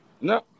No